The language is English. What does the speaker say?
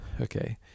okay